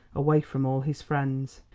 away from all his friends.